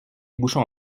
bouchons